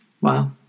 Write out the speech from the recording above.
Wow